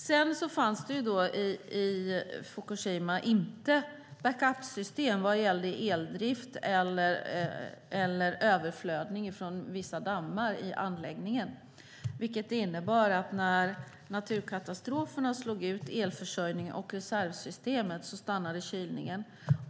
Sedan fanns det i Fukushima inte backupsystem vad gäller eldrift eller överflödning från vissa dammar i anläggningen, vilket innebar att kylningen stannade när naturkatastroferna slog ut elförsörjningen och reservsystemet.